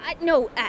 no